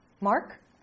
Mark